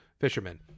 fishermen